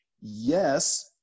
Yes